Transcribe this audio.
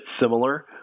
similar